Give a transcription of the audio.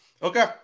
Okay